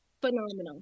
phenomenal